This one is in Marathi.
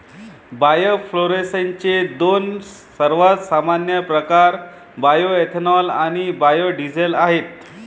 बायोफ्युएल्सचे दोन सर्वात सामान्य प्रकार बायोएथेनॉल आणि बायो डीझेल आहेत